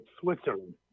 Switzerland